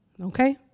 Okay